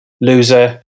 Loser